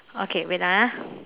okay wait ah